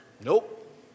Nope